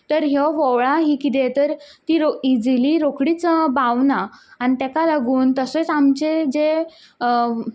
तर ह्यो ओंवळां हीं कितें तर ती इजिली रोखडीच बावनां आनी तेका तशेंच आमचें जे